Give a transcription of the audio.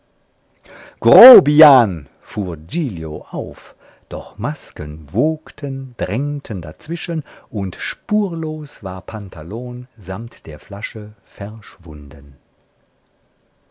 grobian fuhr giglio auf doch masken wogten drängten dazwischen und spurlos war pantalon samt der flasche verschwunden